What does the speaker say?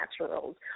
Naturals